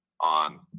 on